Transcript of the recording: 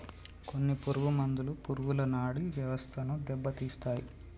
కొన్ని పురుగు మందులు పురుగుల నాడీ వ్యవస్థను దెబ్బతీస్తాయి